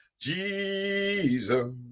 Jesus